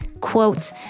quote